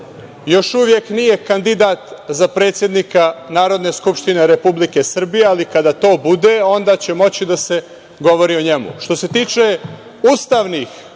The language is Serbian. još uvek nije kandidat za predsednika Narodne skupštine Republike Srbije, ali kada to bude, onda će moći da se govori o njemu. Što se tiče ustavnih